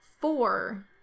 four